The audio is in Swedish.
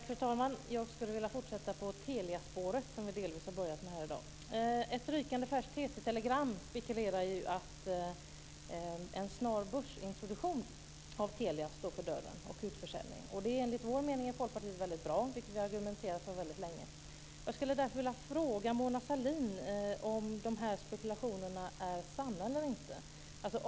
Fru talman! Jag skulle vilja fortsätta på Teliaspåret, som vi delvis har börjat på här i dag. Ett rykande färskt TT-telegram spekulerar i att en snar börsintroduktion och utförsäljning av Telia står för dörren. Det är enligt vår mening i Folkpartiet väldigt bra, vilket vi har argumenterat för länge. Jag skulle därför vilja fråga Mona Sahlin om de här spekulationerna är sanna eller inte.